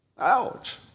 Ouch